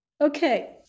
Okay